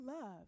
love